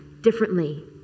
differently